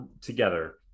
together